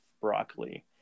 broccoli